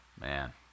Man